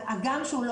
הגם שהוא לא